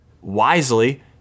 wisely